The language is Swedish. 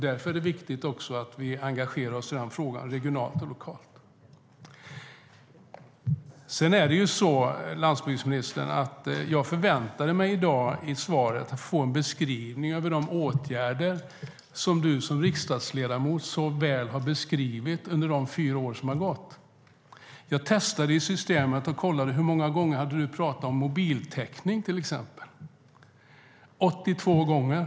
Därför är det också viktigt att vi engagerar oss i den frågan, regionalt och lokalt. Jag förväntade mig i dag att få en beskrivning i svaret av de åtgärder som landsbygdsministern har beskrivit så väl som riksdagsledamot under de fyra år som har gått. Jag tittade i systemet hur många gånger ministern hade talat om till exempel mobiltäckning. Det var 82 gånger.